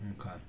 Okay